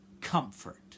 Comfort